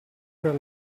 per